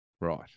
Right